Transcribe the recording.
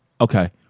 Okay